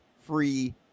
Free